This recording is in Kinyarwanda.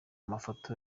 mafoto